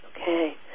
Okay